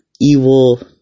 evil